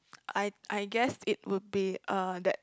I I guess it would be uh that